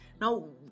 now